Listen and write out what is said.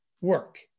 work